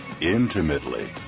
Intimately